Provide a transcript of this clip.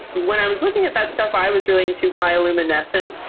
when i was looking at that stuff, i was really into bioluminescence.